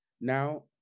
now